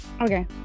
Okay